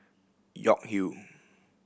York Hill